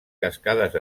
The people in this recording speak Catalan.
cascades